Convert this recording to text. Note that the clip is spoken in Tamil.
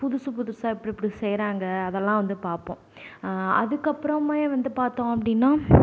புதுசு புதுசாக இப்படி இப்படி செய்கிறாங்க அதல்லாம் வந்து பார்ப்போம் அதுக்கு அப்புறமே வந்து பார்த்தோம் அப்படின்னா